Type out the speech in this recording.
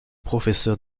professeur